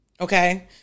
Okay